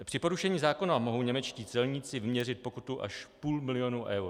Při porušení zákona mohou němečtí celníci vyměřit pokutu až půl milionu eur.